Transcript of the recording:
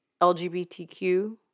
LGBTQ